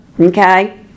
okay